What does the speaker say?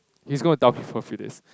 he's gonna dao me for a few days